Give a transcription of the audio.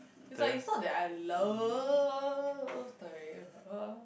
is like is not that I love Terraria but uh